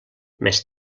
més